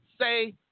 Say